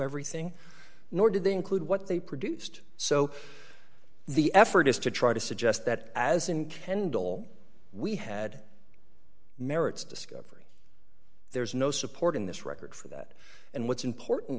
everything nor did they include what they produced so the effort is to try to suggest that as in kendall we had merits discovery there's no support in this record for that and what's important